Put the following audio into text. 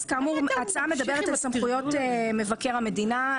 אז כאמור ההצעה מדברת על סמכויות מבקר המדינה.